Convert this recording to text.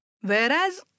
Whereas